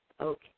Okay